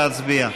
נא להצביע.